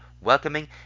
welcoming